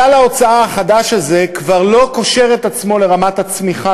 כלל ההוצאה החדש הזה כבר לא קושר את עצמו לרמת הצמיחה,